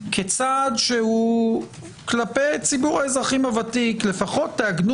כצעד שהוא כלפי ציבור האזרחים הוותיק לפחות תעגנו